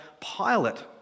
Pilate